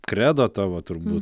kredo tavo turbūt